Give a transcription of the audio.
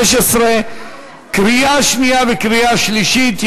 קריאה שנייה וקריאה שלישית.